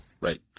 right